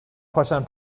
پاشم